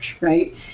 right